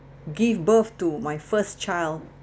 give birth to my first child